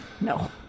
No